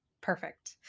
perfect